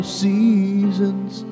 seasons